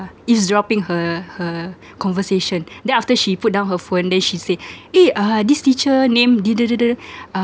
eavesdropping her her conversation then after she put down her phone then she say eh uh this teacher named uh